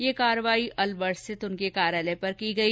यह कार्रवाही अलवर स्थित उनके कार्यालय पर की गई